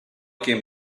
came